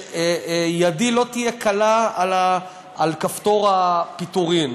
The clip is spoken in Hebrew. ושידי לא תהיה קלה על כפתור הפיטורים.